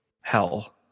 hell